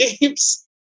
games